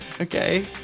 Okay